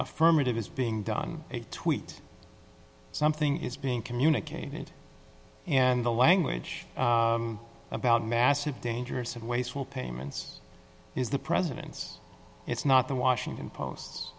affirmative is being done a tweet something is being communicated and the language about massive dangerous and wasteful payments is the president's it's not the washington post